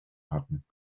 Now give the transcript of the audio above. hatten